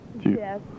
Yes